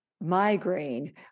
migraine